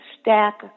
stack